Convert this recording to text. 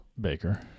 Baker